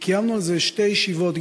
קיימנו על זה שתי ישיבות,